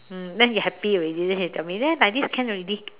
mm then he happy already then he tell me there like this can already